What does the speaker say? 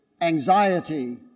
anxiety